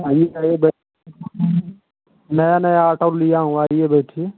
नया नया लिया हूँ आइए देखिए